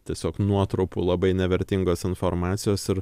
tiesiog nuotrupų labai nevertingos informacijos ir